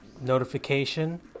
notification